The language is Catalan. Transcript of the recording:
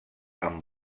amb